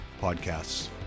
podcasts